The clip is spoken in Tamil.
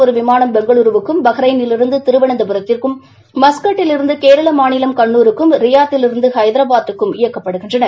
ஒரு விமானம் பெங்களுருவுக்கும் பஹ்ரைனிலிருந்து தோஹாவிருந்து திருவனந்தபுரத்திற்கும் மஸ்கட்டிலிருந்து கேரளா மாநிலம் கண்ணூருக்கும் ரியாத்திவிருந்து ஹைதராபாத்துக்கும் இயக்கப்படுகின்றன